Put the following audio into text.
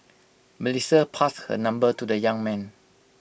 Melissa passed her number to the young man